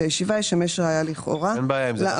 הישיבה ישמש ראיה לכאורה לאמור בו." אין בעיה עם זה,